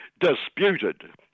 disputed